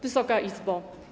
Wysoka Izbo!